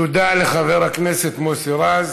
תודה לחבר הכנסת מוסי רז.